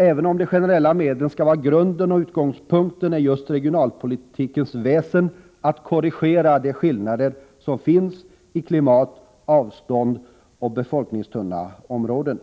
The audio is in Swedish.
Även om de generella medlen skall vara grunden och utgångspunkten, är det just regionalpolitikens väsen att korrigera de skillnader som finns i klimat, avstånd och befolkningstäthet i olika områden.